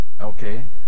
okay